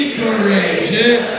courageous